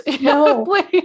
No